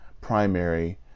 primary